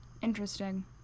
Interesting